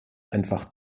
einfach